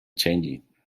changing